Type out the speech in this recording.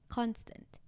constant